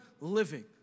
living